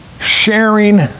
sharing